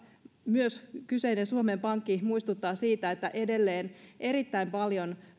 myös kyseinen suomen pankki muistuttaa siitä että edelleen erittäin paljon